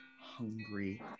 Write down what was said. hungry